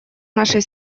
нашей